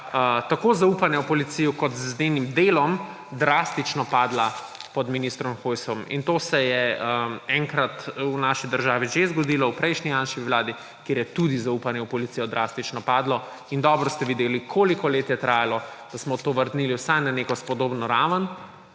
tako zaupanja v policijo kot z njenim delom, drastično padla pod ministrom Hojsom. In to se je enkrat v naši državi že zgodilo, v prejšnji Janševi vladi, kjer je tudi zaupanje v policijo drastično padlo. In dobro ste videli, koliko let je trajalo, da smo to vrnili vsaj na neko spodobno raven.